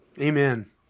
Amen